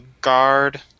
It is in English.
guard